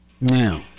Now